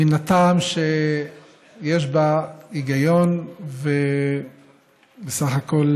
מן הטעם שיש בה היגיון ובסך הכול